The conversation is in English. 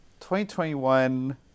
2021